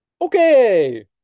Okay